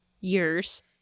years